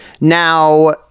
Now